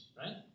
right